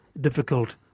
difficult